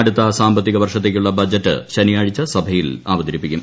അടുത്ത സാമ്പത്തിക വർഷത്തേക്കുള്ള ബജറ്റ് ശനിയാഴ്ച സഭയിൽ അവതരിപ്പിക്കും